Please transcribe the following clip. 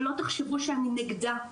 שלא תחשבו שאני נגדה,